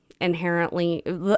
inherently